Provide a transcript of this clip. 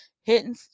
Hitting